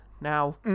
Now